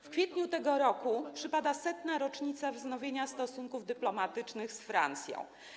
W kwietniu tego roku przypada setna rocznica wznowienia stosunków dyplomatycznych z Francją.